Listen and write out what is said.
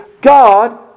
God